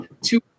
two